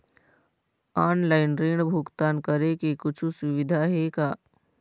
Online ऋण भुगतान करे के कुछू सुविधा हे का?